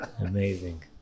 Amazing